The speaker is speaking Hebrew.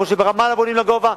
כמו שברמאללה בונים לגובה,